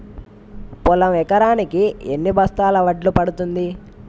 పొలం ఎకరాకి ఎన్ని బస్తాల వడ్లు పండుతుంది?